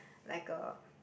like a